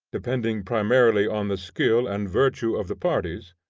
depending primarily on the skill and virtue of the parties,